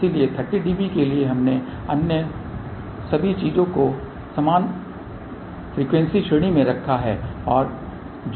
इसलिए 30 dB के लिए हमने अन्य सभी चीजों को समान आवृत्ति श्रेणी में रखा है जो कि समान है